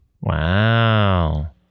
Wow